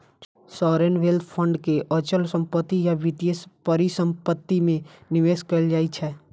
sovereign wealth fund के अचल संपत्ति आ वित्तीय परिसंपत्ति मे निवेश कैल जाइ छै